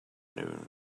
noon